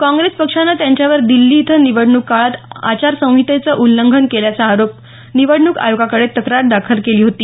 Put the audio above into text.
काँग्रेस पक्षानं त्यांच्यावर दिछी इथं निवडणूक काळात आचार संहितेच उल्लंघन केल्याचा आरोप करत निवडणूक आयोगाकडे तक्रार दाखल केली होती